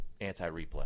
anti-replay